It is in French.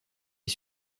est